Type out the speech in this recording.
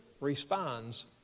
responds